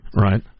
Right